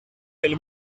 del